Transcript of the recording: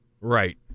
Right